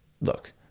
look